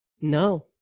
No